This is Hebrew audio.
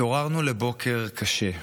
התעוררנו לבוקר קשה,